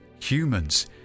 humans